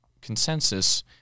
consensus